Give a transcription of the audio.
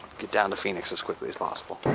get down to phoenix as quickly as possible.